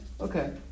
okay